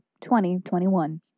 2021